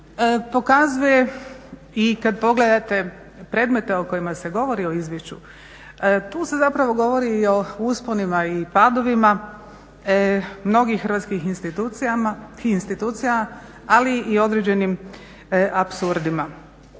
pokazuje i kad pogledate predmete o kojima se govori u izvješću, tu se zapravo govori i o usponima i padovima mnogih hrvatskih institucija, ali i određenim apsurdima.